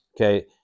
okay